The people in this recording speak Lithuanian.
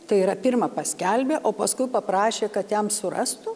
tai yra pirma paskelbė o paskui paprašė kad jam surastų